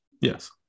yes